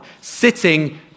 sitting